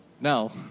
No